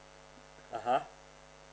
(uh huh)